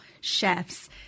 chefs